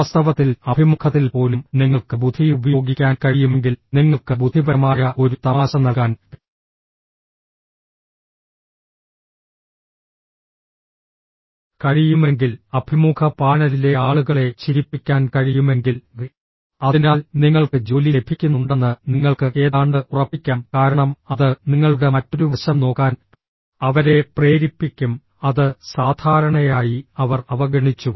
വാസ്തവത്തിൽ അഭിമുഖത്തിൽ പോലും നിങ്ങൾക്ക് ബുദ്ധി ഉപയോഗിക്കാൻ കഴിയുമെങ്കിൽ നിങ്ങൾക്ക് ബുദ്ധിപരമായ ഒരു തമാശ നൽകാൻ കഴിയുമെങ്കിൽ അഭിമുഖ പാനലിലെ ആളുകളെ ചിരിപ്പിക്കാൻ കഴിയുമെങ്കിൽ അതിനാൽ നിങ്ങൾക്ക് ജോലി ലഭിക്കുന്നുണ്ടെന്ന് നിങ്ങൾക്ക് ഏതാണ്ട് ഉറപ്പിക്കാം കാരണം അത് നിങ്ങളുടെ മറ്റൊരു വശം നോക്കാൻ അവരെ പ്രേരിപ്പിക്കും അത് സാധാരണയായി അവർ അവഗണിച്ചു